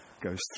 goes